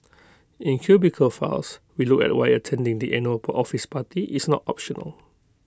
in cubicle files we look at why attending the annual office party is not optional